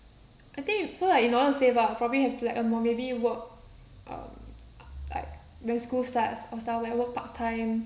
I think so like in order to save up probably have like earn more maybe work um like when school starts or start like work part time